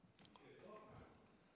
בא התיאבון.